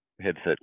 headset